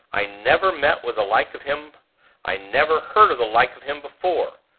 i never met with the like of him i never heard of the like of him before!